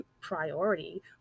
priority